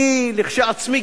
אני כשלעצמי,